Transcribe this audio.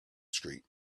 street